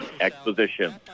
Exposition